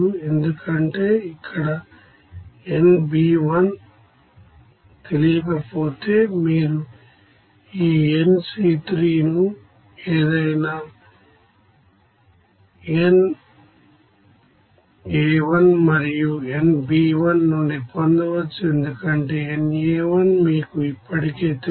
ఎందుకంటే ఇక్కడ nB1తెలియకపోతే మీరు ఈ nC1ను ఏదైనా nA1 మరియు nB1 నుండి పొందవచ్చు ఎందుకంటే nA1 మీకు ఇప్పటికే తెలుసు